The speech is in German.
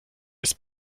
ist